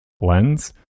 lens